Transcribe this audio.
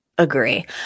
agree